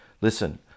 Listen